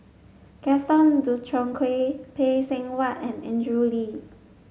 Gaston Dutronquoy Phay Seng Whatt and Andrew Lee